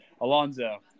Alonzo